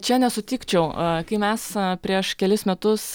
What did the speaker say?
čia nesutikčiau a kai mes prieš kelis metus